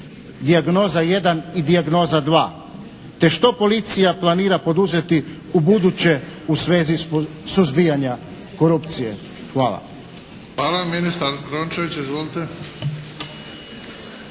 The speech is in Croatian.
"Dijagnoza I" i "Dijagnoza II", te što policija planira poduzeti ubuduće u svezi suzbijanja korupcije? Hvala.